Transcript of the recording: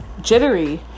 jittery